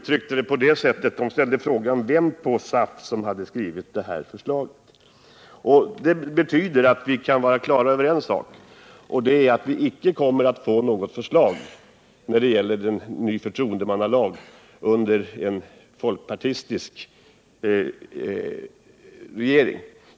TCO ställer frågan vem på SAF som skrivit förslaget. — Detta betyder att vi kan vara på det klara med en sak, nämligen att vi inte kommer att få något förslag till ny förtroendemannalag under en folkpartistisk regering.